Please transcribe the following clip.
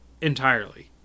entirely